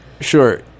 Sure